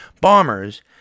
bombers